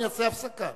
אני אעשה הפסקה.